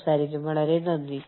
അതിനാൽ ശ്രദ്ധിച്ചതിന് വളരെ നന്ദി